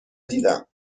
دیدم